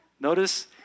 Notice